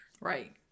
right